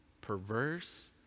perverse